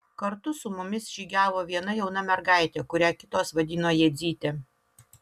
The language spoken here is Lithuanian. kartu su mumis žygiavo viena jauna mergaitė kurią kitos vadino jadzyte